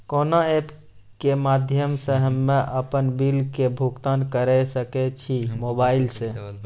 कोना ऐप्स के माध्यम से हम्मे अपन बिल के भुगतान करऽ सके छी मोबाइल से?